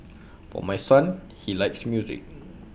for my son he likes music